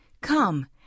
Come